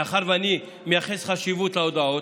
מאחר שאני מייחס חשיבות להודעות,